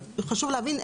חשוב להבין,